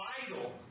vital